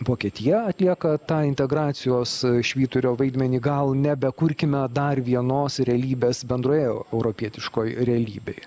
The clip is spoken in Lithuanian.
vokietija atlieka tą integracijos švyturio vaidmenį gal nebekurkime dar vienos realybės bendroje europietiškoj realybėj